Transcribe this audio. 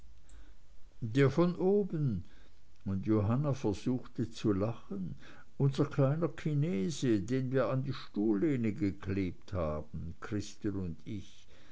der von oben und johanna versuchte zu lachen unser kleiner chinese den wir an die stuhllehne geklebt haben christel und ich